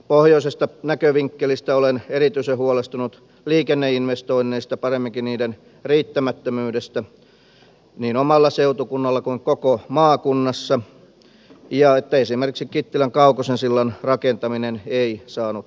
pohjoisesta näkövinkkelistä olen erityisen huolestunut liikenneinvestoinneista paremminkin niiden riittämättömyydestä niin omalla seutukunnallani kuin koko maakunnassa ja siitä että esimerkiksi kittilän kaukosen sillan rakentaminen ei saanut rahoitusta